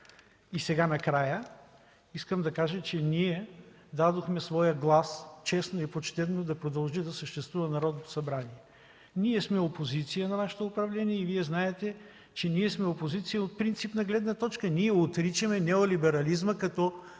И сега, накрая, искам да кажа, че ние дадохме своя глас честно и почтено да продължи да съществува Народното събрание. Ние сме опозиция на Вашето управление и Вие знаете, че ние сме опозиция от принципна гледна точка. Ние отричаме неолиберализма като